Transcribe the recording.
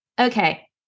Okay